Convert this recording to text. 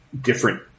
different